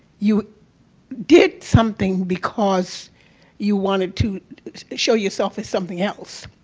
you did something because you wanted to show your self as something else.